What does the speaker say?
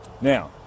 Now